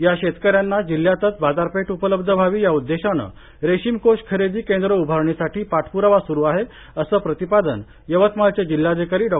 या शेतक यांना जिल्ह्यातच बाजारपेठ उपलब्ध व्हावी या उद्देशानं रेशीम कोष खरेदी केंद्र उभारण्यासाठी पाठप्रावा स्रू आहे असं प्रतिपादन यवतमाळचे जिल्हाधिकारी डॉ